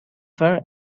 far